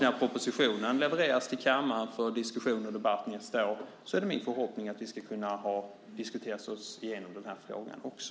När propositionen levereras till kammaren för diskussion och debatt nästa år är det min förhoppning att vi ska kunna ha diskuterat oss igenom den här frågan också.